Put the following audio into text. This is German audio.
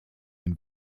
ein